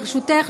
ברשותך,